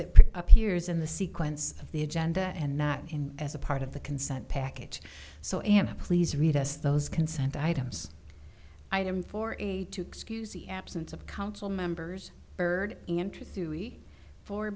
it appears in the sequence of the agenda and not in as a part of the consent package so am i please read us those concerned items item for aid to excuse the absence of council members bird